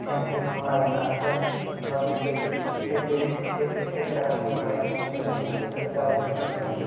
ह्यांचे मुळं आहे कारण औदयोगिकक्षेत्र शेतीक्षेत्रा शिवाय हे दोन्ही क्षेत्र चालू शकत नाहीत